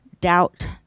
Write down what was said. doubt